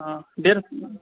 अऽ डेढ